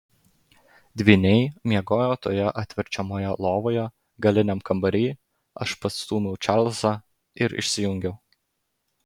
dvyniai miegojo toje atverčiamoje lovoje galiniam kambary aš pastūmiau čarlzą ir išsijungiau